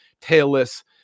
tailless